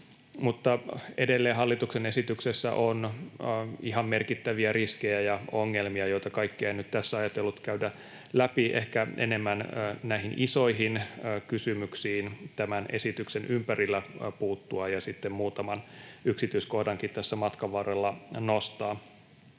Mutta edelleen hallituksen esityksessä on ihan merkittäviä riskejä ja ongelmia, joita kaikkia en nyt tässä ajatellut käydä läpi, ehkä enemmän näihin isoihin kysymyksiin tämän esityksen ympärillä puuttua ja sitten muutaman yksityiskohdankin tässä matkan varrella nostaa.